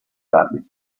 tardi